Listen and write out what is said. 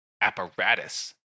apparatus